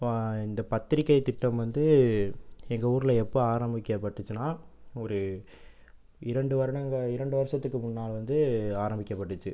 இந்த பத்திரிக்கை திட்டம் வந்து எங்கள் ஊரில் எப்போ ஆரம்பிக்கப்பட்டுச்சுன்னால் ஒரு இரண்டு வருடங்கள் வருடத்துக்கு முன்னால் வந்து ஆரம்பிக்கப்பட்டுச்சு